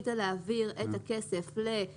שואלים האם אתה בטוח שרצית להעביר את הכסף למי שאתה מציין.